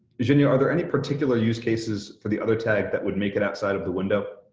jenya, are there any particular use cases for the other tag that would make it outside of the window?